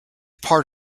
part